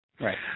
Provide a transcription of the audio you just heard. Right